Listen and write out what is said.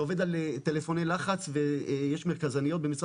זה עובד על טלפוני לחץ ויש מרכזניות במשרד